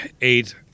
eight